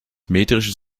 metrischen